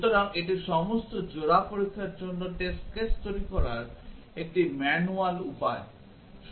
সুতরাং এটি সমস্ত জোড়া পরীক্ষার জন্য টেস্ট কেস তৈরি করার একটি ম্যানুয়াল উপায়